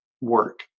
Work